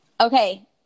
Okay